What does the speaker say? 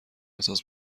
احساس